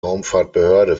raumfahrtbehörde